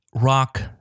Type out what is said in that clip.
Rock